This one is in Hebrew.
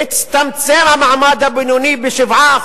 הצטמצם המעמד הבינוני ב-7%.